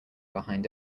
behind